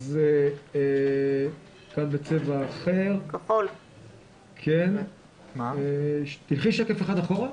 השיא היה כמעט 70,000. בדיקות בדרך כלל,